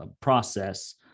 process